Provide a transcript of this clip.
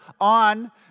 on